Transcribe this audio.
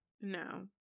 No